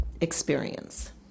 experience